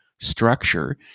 structure